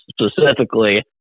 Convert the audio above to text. specifically